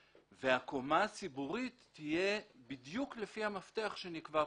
הקומה הציבורית תהיה בדיוק לפי המפתח שנקבע פה.